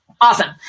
Awesome